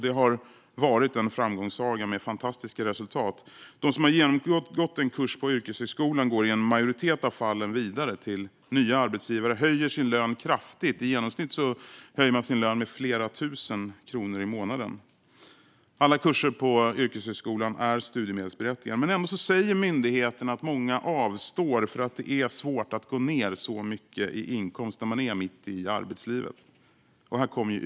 Det har varit en framgångssaga med fantastiska resultat. De som genomgått en kurs på yrkeshögskolan går i en majoritet av fallen vidare till nya arbetsgivare och höjer sin lön kraftigt - i genomsnitt höjer man sin lön med flera tusen kronor i månaden. Alla kurser på yrkeshögskolan är studiemedelsberättigande, men ändå säger myndigheten att många avstår för att det är svårt att gå ned så mycket i inkomst när man är mitt i arbetslivet.